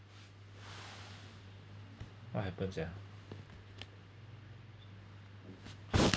what happens yeah